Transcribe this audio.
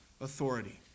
authority